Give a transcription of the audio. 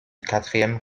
quatrième